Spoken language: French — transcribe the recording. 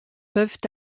peuvent